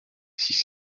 six